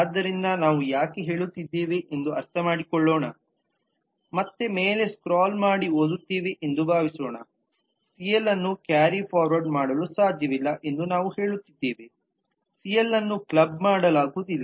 ಆದ್ದರಿಂದ ನಾವು ಯಾಕೆ ಹೇಳುತ್ತಿದ್ದೇವೆ ಎಂದು ಅರ್ಥಮಾಡಿಕೊಳ್ಳೋಣ ಮತ್ತೆ ಮೇಲೆ ಸ್ಕ್ರಾಲ್ ಮಾಡಿ ಓದುತ್ತೇವೆ ಎಂದು ಭಾವಿಸೋಣ ಸಿಎಲ್ ಅನ್ನು ಕ್ಯಾರಿ ಫಾರ್ವರ್ಡ್ ಮಾಡಲು ಸಾಧ್ಯವಿಲ್ಲ ಎಂದು ನಾವು ಹೇಳುತ್ತಿದ್ದೇವೆ ಸಿಎಲ್ ಅನ್ನು ಕ್ಲಬ್ ಮಾಡಲಾಗುವುದಿಲ್ಲ